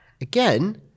Again